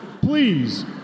please